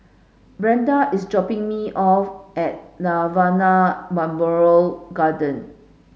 Brenda is dropping me off at Nirvana Memorial Garden